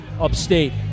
upstate